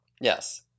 Yes